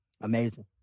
Amazing